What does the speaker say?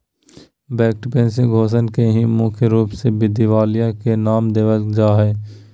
bankruptcy घोषणा के ही मुख्य रूप से दिवालिया के नाम देवल जा हय